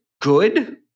good